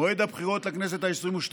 של מועד הבחירות לכנסת העשרים-ושתיים